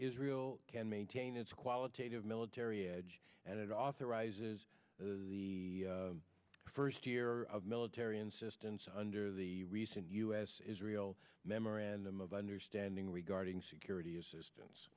israel can maintain its qualitative military edge and it authorizes the first year of military insistence under the recent us israel memorandum of understanding regarding security assistance